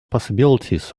possibilities